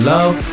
Love